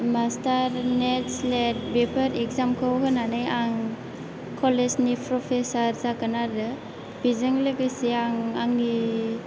master NET SLET before exam खौ होनानै आं कलेज नि प्रफेसार जागोन आरो बेजों लोगोसे आं आंनि